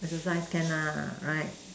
exercise can nah right